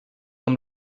amb